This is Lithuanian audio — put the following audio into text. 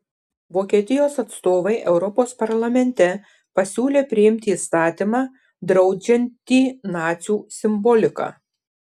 vokietijos atstovai europos parlamente pasiūlė priimti įstatymą draudžiantį nacių simboliką